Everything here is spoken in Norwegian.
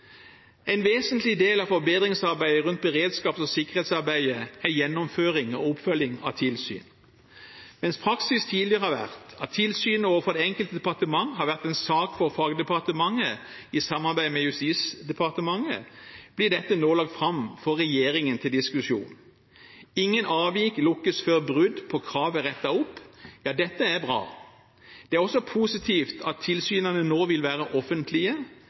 En vesentlig del av forbedringsarbeidet rundt beredskaps- og sikkerhetsarbeidet er gjennomføring og oppfølging av tilsyn. Mens praksis tidligere har vært at tilsynet overfor det enkelte departement har vært en sak for fagdepartementet i samarbeid med Justisdepartementet, blir dette nå lagt fram for regjeringen til diskusjon. Ingen avvik lukkes før brudd på krav er rettet opp. Dette er bra. Det er også positivt at tilsynene nå vil være offentlige.